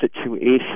situation